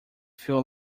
feel